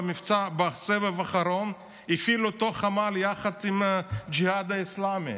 את הסבב האחרון הפעיל חמ"ל יחד עם הג'יהאד האסלאמי,